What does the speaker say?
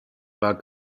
war